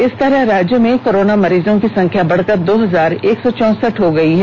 इस तरह राज्य में कोरोना मरीजों की संख्या बढ़कर दो हजार एक सौ चौंसठ हो गई है